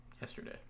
yesterday